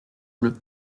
bleus